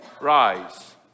Rise